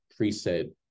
preset